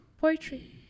Poetry